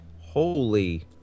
holy